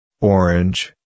Orange